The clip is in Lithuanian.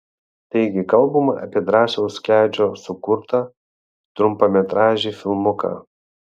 taigi kalbame apie drąsiaus kedžio sukurtą trumpametražį filmuką